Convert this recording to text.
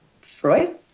Freud